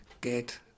get